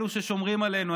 אלו ששומרים עלינו,